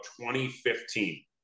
2015